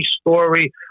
story